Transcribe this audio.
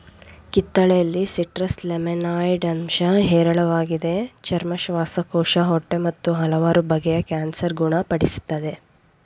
ಕಿತ್ತಳೆಯಲ್ಲಿ citrus limonoid ಅಂಶ ಹೇರಳವಾಗಿದೆ ಚರ್ಮ ಶ್ವಾಸಕೋಶ ಹೊಟ್ಟೆ ಮತ್ತು ಹಲವಾರು ಬಗೆಯ ಕ್ಯಾನ್ಸರ್ ಗುಣ ಪಡಿಸ್ತದೆ